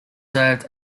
served